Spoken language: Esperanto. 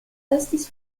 estis